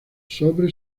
sobre